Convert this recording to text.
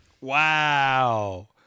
Wow